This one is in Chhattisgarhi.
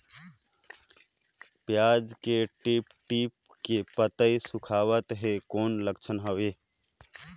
पियाज के टीप टीप के पतई सुखात हे कौन लक्षण हवे?